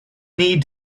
need